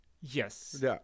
Yes